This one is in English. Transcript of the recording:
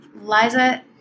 Liza